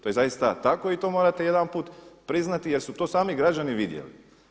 To je zaista tako i to morate jedanput priznati jer su to sami građani vidjeli.